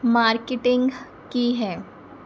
marketing ਕੀ ਹੈ